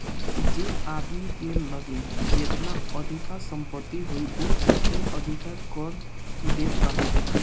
जे आदमी के लगे जेतना अधिका संपत्ति होई उ ओतने अधिका कर देत बाटे